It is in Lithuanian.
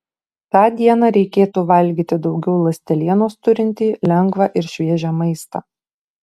tą dieną reikėtų valgyti daugiau ląstelienos turintį lengvą ir šviežią maistą